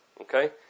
Okay